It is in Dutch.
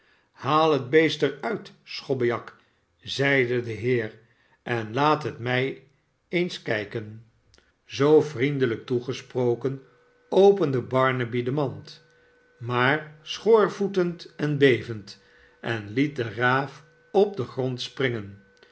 haal het beest er uit schobbejak zeide de heer en laat het mij eens kijken zoo vriendelijk toegesproken opende barnaby de mand maar schoorvoetend en bevend en het den raaf op den grond springen